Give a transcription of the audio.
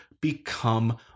become